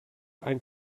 ein